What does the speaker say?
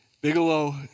Bigelow